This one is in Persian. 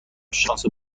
شانس